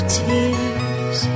tears